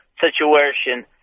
situation